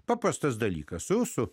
paprastas dalykas rusų